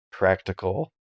practical